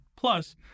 Plus